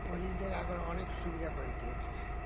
গরিবদের এখন অনেক সুবিধা করে দিয়েছে